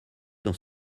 dans